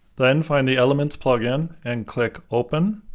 then find the elements plugin and click, open.